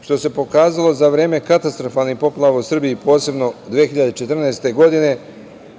što se pokazalo za vreme katastrofalnih poplava u Srbiji, posebno 2014. godine. Treba